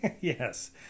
Yes